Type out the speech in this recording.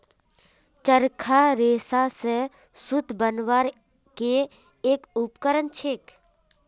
चरखा रेशा स सूत बनवार के एक उपकरण छेक